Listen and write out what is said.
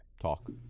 Talk